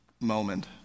moment